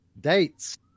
Dates